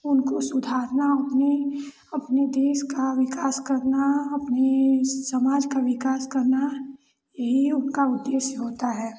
उनको सुधारना अपने अपने देश का विकास करना अपने समाज का विकास करना यही उनका उद्देश्य होता है